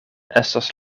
estos